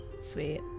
Sweet